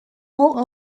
all